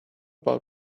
about